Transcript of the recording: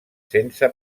sense